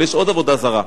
אבל יש עוד עבודה זרה,